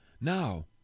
Now